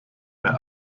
mehr